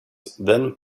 then